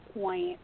point